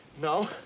No